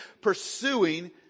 pursuing